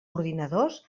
ordinadors